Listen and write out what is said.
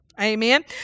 Amen